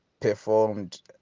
performed